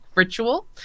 Virtual